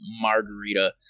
margarita